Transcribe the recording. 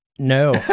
no